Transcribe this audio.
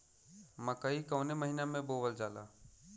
मकई कवने महीना में बोवल जाला?